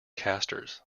casters